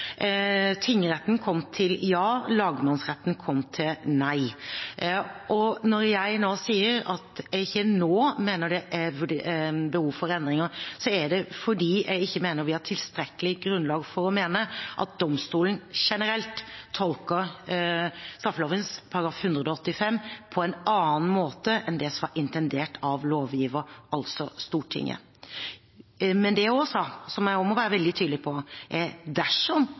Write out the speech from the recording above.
Tingretten kom til et ja; lagmannsretten kom til et nei. Når jeg sier at jeg ikke nå mener det er behov for endringer, er det fordi jeg mener vi ikke har tilstrekkelig grunnlag for å mene at domstolen generelt tolker straffeloven § 185 på en annen måte enn det som var intendert av lovgiver, altså Stortinget. Det jeg også sa, og som jeg også må være veldig tydelig på, er at dersom